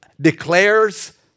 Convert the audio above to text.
Declares